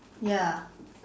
ya